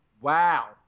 Wow